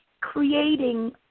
creating